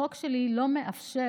החוק שלי לא מאפשר,